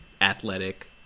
athletic